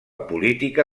política